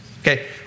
Okay